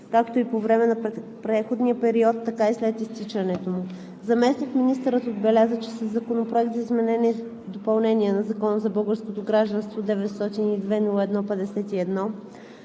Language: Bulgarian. както по време на преходния период, така и след изтичането му. Заместник-министърът отбеляза, че със Законопроект за изменение и допълнение на Закона за българското гражданство, № 902-01-51,